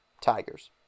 Tigers